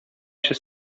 się